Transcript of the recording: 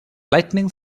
lightning